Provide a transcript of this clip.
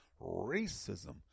racism